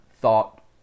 Thought